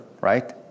right